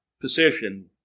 Position